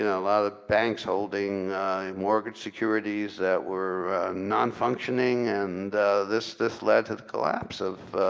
a lot of banks holding mortgage securities that were non-functioning, and this this led to the collapse of